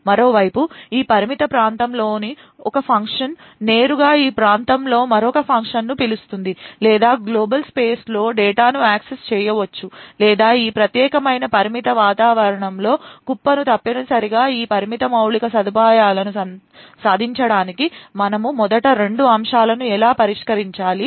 మరోవైపు ఈ పరిమిత ప్రాంతంలోని ఒక ఫంక్షన్ నేరుగా ఈ ప్రాంతంలో మరొక ఫంక్షన్ను పిలుస్తుంది లేదా గ్లోబల్ స్పేస్లో డేటాను యాక్సెస్ చేయవచ్చు లేదా ఈ ప్రత్యేకమైన పరిమిత ప్రాంతంలో కుప్పను తప్పనిసరిగా ఈ పరిమిత మౌలిక సదుపాయాలను సాధించడానికి మనము మొదట రెండు అంశాలను ఎలా పరిష్కరించాలి